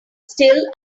still